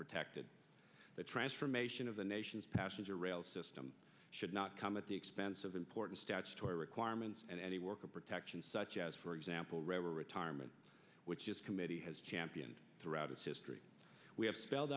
protected the transformation of the nation's passenger rail system should not come at the expense of important statutory requirements and any worker protection such as for example retirement which is committee has championed throughout its history we have spelled